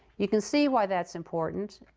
you can see why that's important.